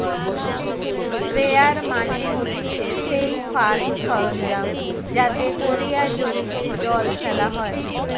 sprayer মানে হতিছে সেই ফার্ম সরঞ্জাম যাতে কোরিয়া জমিতে জল ফেলা হয়